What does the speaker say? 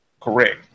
Correct